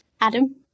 Adam